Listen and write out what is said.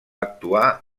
actuar